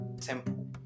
temple